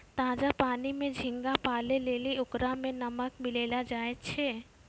ताजा पानी में झींगा पालै लेली ओकरा में नमक मिलैलोॅ जाय छै